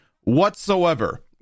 whatsoever